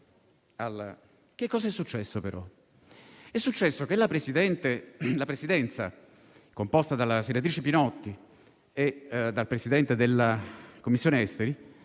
di contributo. È però successo che la Presidenza, composta dalla senatrice Pinotti e dal Presidente della Commissione affari